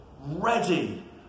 ready